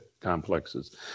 complexes